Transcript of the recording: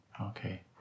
Okay